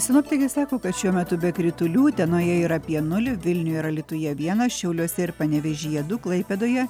sinoptikai sako kad šiuo metu be kritulių utenoje yra apie nulį vilniuje ir alytuje vienas šiauliuose ir panevėžyje du klaipėdoje